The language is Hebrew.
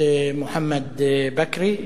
את מוחמד בכרי,